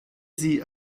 sie